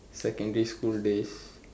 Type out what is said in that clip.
secondary school days